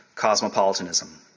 cosmopolitanism